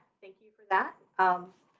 thank you for that. um